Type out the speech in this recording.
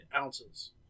ounces